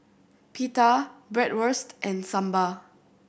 Pita Bratwurst and Sambar